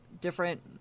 different